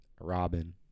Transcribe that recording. robin